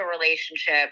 relationship